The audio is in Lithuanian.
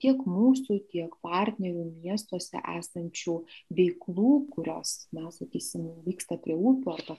tiek mūsų tiek partnerių miestuose esančių veiklų kurios na sakysim vyksta prie upių arba